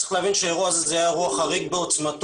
צריך להבין שהאירוע הזה היה אירוע חריג בעוצמתו,